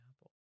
apple